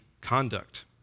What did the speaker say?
conduct